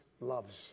loves